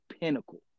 Pinnacle